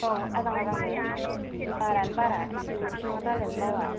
आव आजां आजां नो बारानो बारा थोबसेबो फिफाङा दालायानो मावा